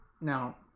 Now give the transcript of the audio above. now